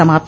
समाप्त